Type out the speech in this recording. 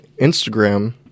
Instagram